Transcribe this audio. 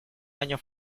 año